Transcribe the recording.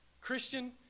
Christian